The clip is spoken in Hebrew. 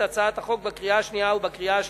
הצעת החוק בקריאה שנייה ובקריאה שלישית.